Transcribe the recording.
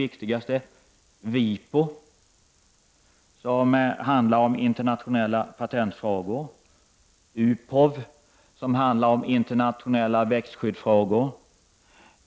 Vi har WIPO —- som handhar internationella patentfrågor — och vi har UPOV — som handhar internationella växtskyddsfrågor.